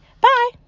Bye